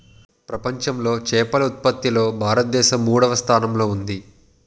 ప్రపంచంలో చేపల ఉత్పత్తిలో భారతదేశం మూడవ స్థానంలో ఉంది